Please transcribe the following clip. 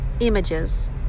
images